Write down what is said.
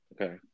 Okay